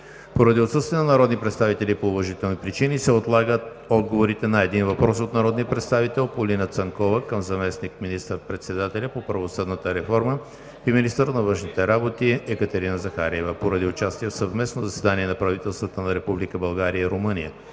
Поради отсъствие на народни представители по уважителни причини се отлага отговорът на един въпрос от народния представител Полина Цанкова към заместник министър-председателя по правосъдната реформа и министър на външните работи Екатерина Захариева. Поради участие в съвместно заседание на правителствата на Република България и Румъния